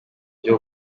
byo